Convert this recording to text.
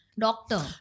doctor